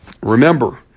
Remember